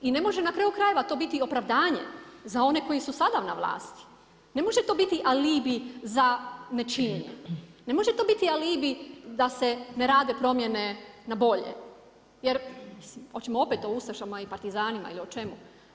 I ne može na kraju krajeva to biti opravdanje za one koji su sada na vlasti, ne može to biti alibi za nečinjenje, ne može to biti alibi da se ne rade promjene na bolje jer, mislim hoćemo opet o ustašama i partizanima ili o čemu?